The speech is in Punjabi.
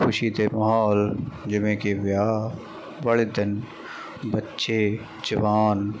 ਖੁਸ਼ੀ ਦੇ ਮਾਹੌਲ ਜਿਵੇਂ ਕਿ ਵਿਆਹ ਵਾਲੇ ਦਿਨ ਬੱਚੇ ਜਵਾਨ